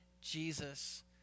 Jesus